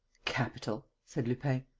capital! said lupin.